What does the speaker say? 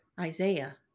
Isaiah